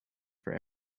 for